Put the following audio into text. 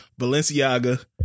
Balenciaga